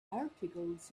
articles